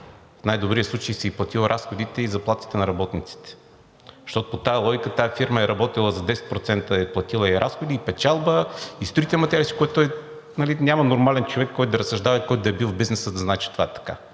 В най-добрия случай си ѝ платил разходите и заплатите на работниците, защото по тази логика тази фирма е работила за 10% - е платила и разходи, и печалба, и строителни материали. Няма нормален човек, който да разсъждава и който да е бил в бизнеса, да не знае, че това е така.